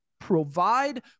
provide